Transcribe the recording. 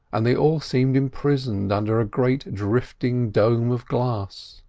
and they all seemed imprisoned under a great drifting dome of glass.